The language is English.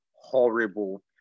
horrible